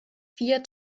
vier